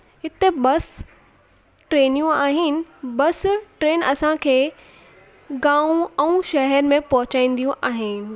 हिते बस ट्रेनियूं आहिनि बस ट्रेन असांखे गांव ऐं शहर में पहुचाईंदियूं आहिनि